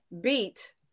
beat